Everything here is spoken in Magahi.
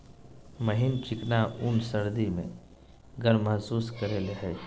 महीन चिकना ऊन सर्दी में गर्म महसूस करेय हइ